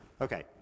Okay